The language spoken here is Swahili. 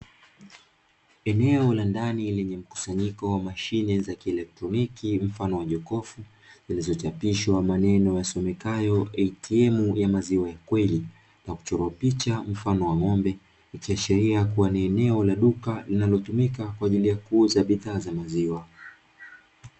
Eneo la ndani lenye mkusanyiko wa mashine za kielektroniki mfano wa jokofu, zilizochapishwa maneno yasomekayo "ATM" ya maziwa ya kweli na kuchoro picha mfano wa ng'ombe. Ikiashiria kuwa ni eneo la duka linalotumika kwa ajili ya kuuza bidhaa za maziwa.